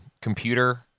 computer